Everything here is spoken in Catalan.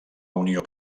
unió